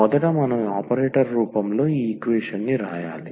మొదట మనం ఆపరేటర్ రూపంలో ఈక్వేషన్ ని వ్రాయాలి